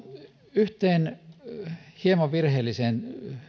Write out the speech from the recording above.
yhteen hieman virheelliseen